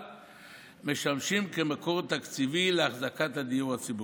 משמשים מקור תקציבי לאחזקת הדיור הציבורי.